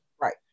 Right